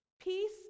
peace